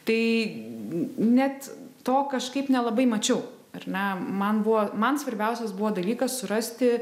tai net to kažkaip nelabai mačiau ar ne man buvo man svarbiausias buvo dalykas surasti